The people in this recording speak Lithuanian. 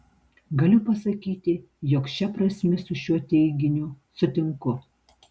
galiu pasakyti jog šia prasme su šiuo teiginiu sutinku